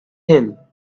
hill